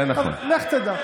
לך תדע.